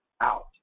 out